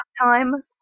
time